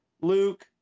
Luke